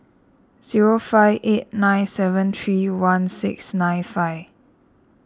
zero five eight nine seven three one six nine five